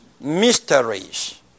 mysteries